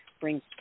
brings